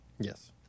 Yes